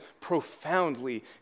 profoundly